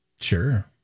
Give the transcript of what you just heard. Sure